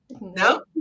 No